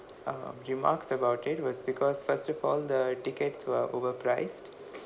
um remarks about it was because first of all the tickets were overpriced